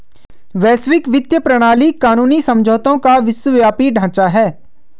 वैश्विक वित्तीय प्रणाली कानूनी समझौतों का विश्वव्यापी ढांचा है